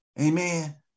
Amen